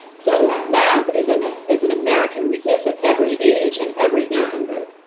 so math is an is an american weakness at every age and every income group.